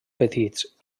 petits